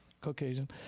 Caucasian